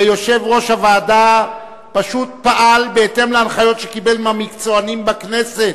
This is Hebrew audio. ויושב-ראש הוועדה פשוט פעל בהתאם להנחיות שקיבל מהמקצוענים בכנסת,